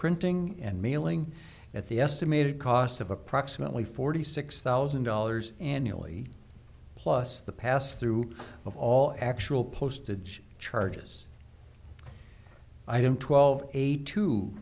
printing and mailing at the estimated cost of approximately forty six thousand dollars annually plus the pass through of all actual postage charges item twelve eight t